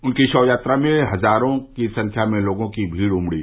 उनकी शव यात्रा में हजारों के संख्या में लोगों की भीड़ उमड़ी